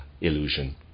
illusion